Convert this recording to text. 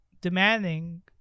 demanding